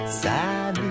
sad